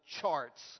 charts